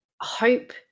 hope